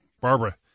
Barbara